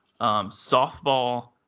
softball